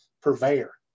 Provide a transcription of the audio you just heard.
purveyor